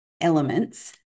elements